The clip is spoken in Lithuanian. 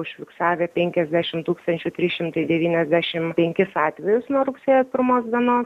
užfiksavę penkiasdešim tūkstančių trys šimtai devyniasdešim penkis atvejus nuo rugsėjo pirmos dienos